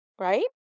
Right